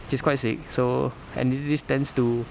which is quite sick and this this this tends to